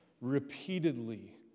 repeatedly